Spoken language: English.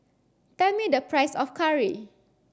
tell me the price of curry